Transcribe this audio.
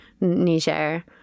Niger